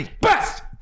Best